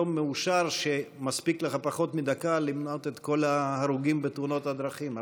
יום מאושר שמספיק לך פחות מדקה למנות את כל ההרוגים בתאונות הדרכים.